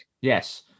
Yes